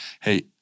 Hey